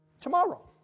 Tomorrow